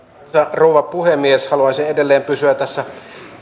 rouva puhemies haluaisin edelleen pysyä tässä